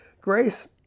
Grace